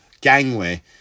gangway